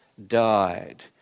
died